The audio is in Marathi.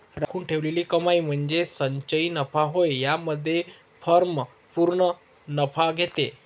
राखून ठेवलेली कमाई म्हणजे संचयी नफा होय यामध्ये फर्म पूर्ण नफा घेते